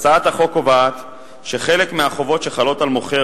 הצעת החוק קובעת שחלק מהחובות שחלות על המוכר